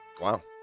Wow